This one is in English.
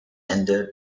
ended